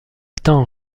t’en